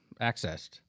accessed